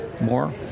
more